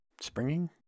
springing